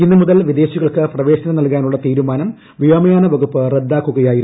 ഇന്ന് മുതൽ വിദേശികൾക്ക് പ്രവേശനം നൽകാനുള്ള തീരുമാനം വ്യോമയാന വകുപ്പ് റദ്ദാക്കുകയായിരുന്നു